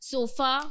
Sofa